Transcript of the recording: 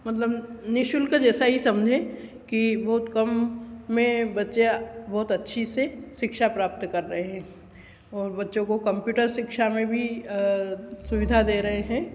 मतलब नि शुल्क जैसा ही समझें कि बहुत कम में बच्चे बहुत अच्छे से शिक्षा प्राप्त कर रहे हैं और बच्चों को कम्प्यूटर शिक्षा में भी सुविधा दे रहे हैं